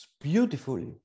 beautifully